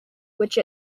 which